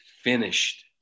finished